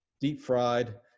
deep-fried